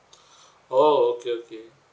oh okay okay